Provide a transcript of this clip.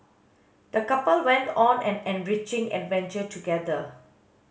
the couple went on an enriching adventure together